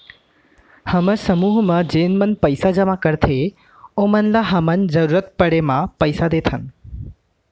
हमर समूह म जेन मन पइसा जमा करथे ओमन ल हमन जरूरत पड़े म पइसा देथन